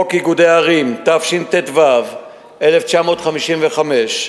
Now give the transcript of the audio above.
2. חוק איגודי ערים, התשט"ו1955 ,